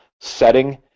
setting